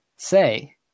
say